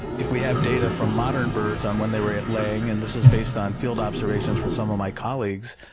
if we have data from modern birds on when they were laying, and this is based on field observations from some of my colleagues,